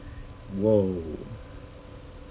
!woah!